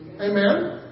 Amen